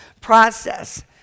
process